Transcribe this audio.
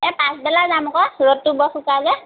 এ পাছবেলা যাম আকৌ ৰ'দটো বৰ চোকা যে